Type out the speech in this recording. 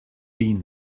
been